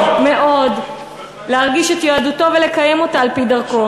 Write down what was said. מאוד להרגיש את יהדותו ולקיים אותה על-פי דרכו.